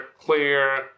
clear